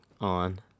on